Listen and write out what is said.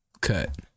cut